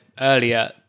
earlier